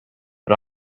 but